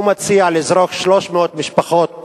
הוא מציע לזרוק 300 משפחות